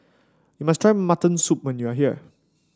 you must try Mutton Soup when you are here